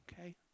Okay